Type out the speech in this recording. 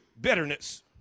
bitterness